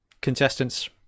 Contestants